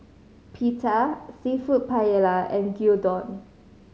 Pita Seafood Paella and Gyudon